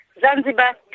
Zanzibar